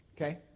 Okay